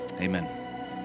Amen